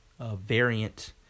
variant